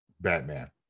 batman